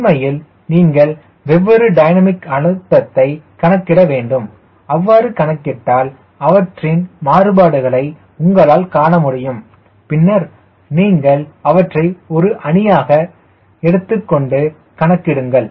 உண்மையில் நீங்கள் வெவ்வேறு டைனமிக் அழுத்தத்தை கணக்கிட வேண்டும் அவ்வாறு கணக்கிட்டால் அவற்றின் மாறுபாடுகளை உங்களால் காண முடியும் பின்னர் நீங்கள் அவற்றை ஒரு அணியாக எடுத்துக்கொண்டுகணக்கிடுங்கள்